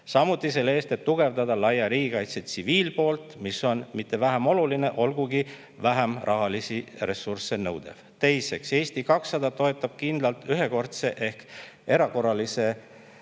samuti selle eest, et tugevdada laia riigikaitse tsiviilpoolt, mis on mitte vähem oluline, olgugi vähem rahalisi ressursse nõudev. Teiseks, Eesti 200 toetab kindlalt ühekordse ehk erakorralise